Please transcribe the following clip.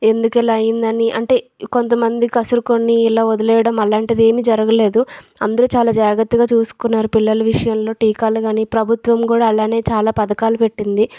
ఎందుకిలా అయిందని అంటే కొంతమంది కసురుకొని వదిలేయడం అలాంటిదేమీ జరగలేదు అందరూ చాలా జాగ్రత్తగా చూసుకున్నారు పిల్లల విషయంలో టీకాలుకానీ ప్రభుత్వం కూడా అలానే చాలా పథకాలు పెట్టింది